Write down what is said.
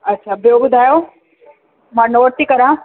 अछा ॿियो ॿुधायो मां नोट थी करियां